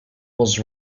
was